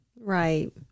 right